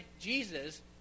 Jesus